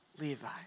Levi